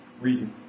reading